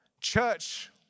Church